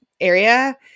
area